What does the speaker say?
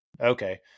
Okay